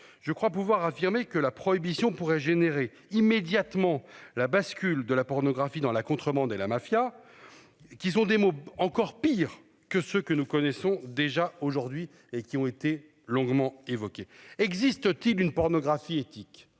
Je crois pouvoir affirmer que la prohibition pourrait générer immédiatement la bascule de la pornographie dans la contrebande et la mafia. Qu'ils ont des mots encore pire que ce que nous connaissons déjà aujourd'hui et qui ont été longuement évoqués. Existe-t-il une pornographie éthique.